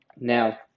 Now